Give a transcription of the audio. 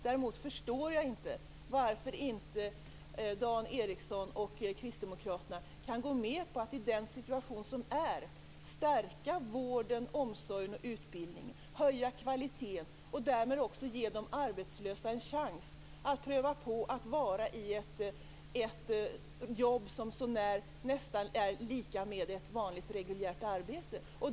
Däremot förstår jag inte varför inte Dan Ericsson och kristdemokraterna kan gå med på att i den situation som är stärka vården, omsorgen och utbildningen, höja kvaliteten och därmed också ge de arbetslösa en chans att pröva på att vara i ett jobb som så när nästan är lika med ett vanligt reguljärt arbete.